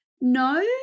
no